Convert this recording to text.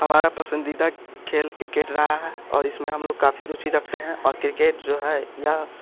हमारा पसंदीदा खेल क्रिकेट रहा है और इसमें हम लोग काफ़ी रुचि रखते हैं और क्रिकेट जो है यह